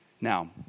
Now